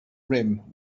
rim